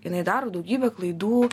jinai daro daugybę klaidų